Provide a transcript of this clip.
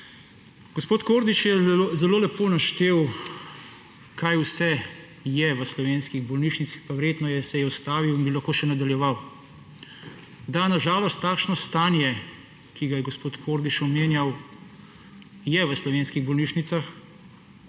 Gospod Kordiš je zelo lepo naštel, kaj vse je v slovenskih bolnišnicah, pa verjetno se je ustavil in bi lahko še nadaljeval. Da, na žalost takšno stanje, ki ga je gospod Kordiš omenjal, je v slovenskih bolnišnicah